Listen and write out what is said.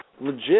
legit